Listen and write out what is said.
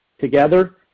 Together